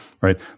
right